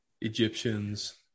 egyptians